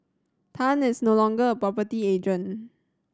Tan is no longer a property agent